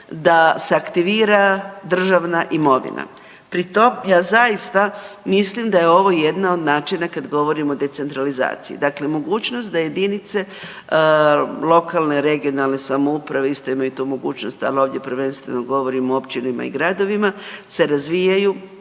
da se aktivira državna imovina. Pri tom ja zaista mislim da je ovo jedna od načina kad govorimo decentralizaciji. Dakle, mogućnost da jedinice lokalne, regionalne samouprave isto imaju tu mogućnost, ali ovdje prvenstveno govorimo o općinama i gradovima, se razvijaju,